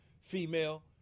female